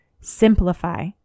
simplify